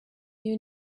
you